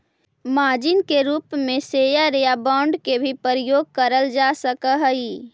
margin के रूप में शेयर या बांड के भी प्रयोग करल जा सकऽ हई